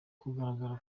kugaragara